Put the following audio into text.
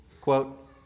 Quote